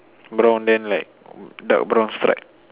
brown then like dark brown stripe